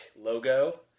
logo